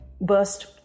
burst